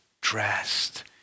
dressed